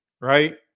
right